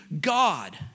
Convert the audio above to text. God